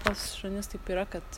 pas šunis taip yra kad